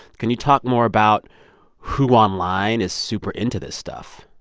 can you talk more about who online is super into this stuff?